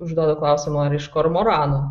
užduodu klausimą ar iš kormoranų